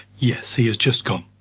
yes, he has just gone.